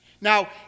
Now